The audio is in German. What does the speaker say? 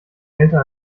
älter